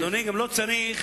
אדוני, גם לא צריך